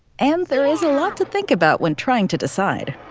and there is a lot to think about when trying to decide,